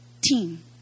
team